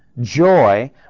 joy